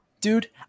Dude